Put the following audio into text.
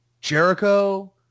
jericho